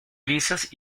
lisas